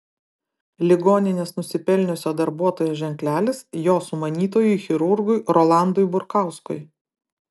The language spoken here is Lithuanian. ligoninės nusipelniusio darbuotojo ženklelis jo sumanytojui chirurgui rolandui burkauskui